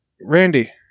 Randy